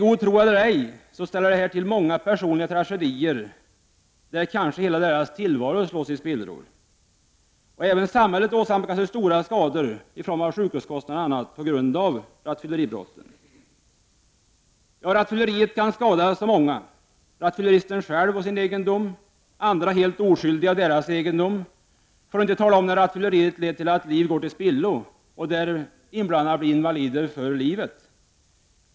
God tro eller ej — det här ställer till många personliga tragedier där människors hela tillvaro kanske slås i spillror. Även samhället åsamkas stora kostnader i form av sjukhuskostnader på grund av rattfylleribrotten. Rattfylleriet kan skada så många: rattfylleristen själv och hans egendom, andra helt oskyldiga och deras egendom, för att inte tala om när rattfylleriet leder till att liv går till spillo och där inblandade blir invalider för livet.